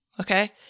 okay